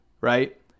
Right